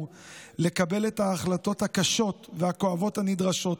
לקבל את ההחלטות הקשות והכואבות הנדרשות,